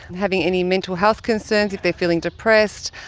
having any mental health concerns, if they are feeling depressed,